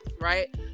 right